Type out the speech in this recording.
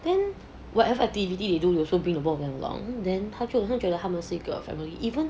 then whatever activity they do you also bring about them long then 他就好像觉得是一个 family even